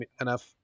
enough